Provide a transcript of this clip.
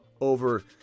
over